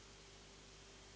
Hvala.